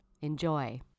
Enjoy